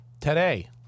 today